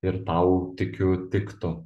ir tau tikiu tiktų